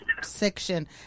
section